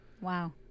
Wow